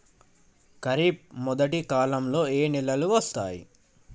ఖరీఫ్ మొదటి కాలంలో ఏ నెలలు వస్తాయి?